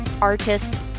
Artist